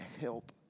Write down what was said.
help